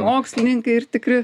mokslininkai ir tikri